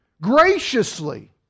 graciously